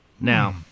Now